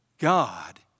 God